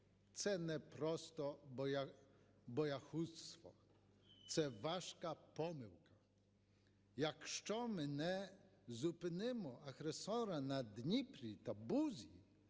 це не просто боягузтво, це важка помилка. Якщо ми не зупинимо агресора на Дніпрі та Бузі,